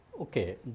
Okay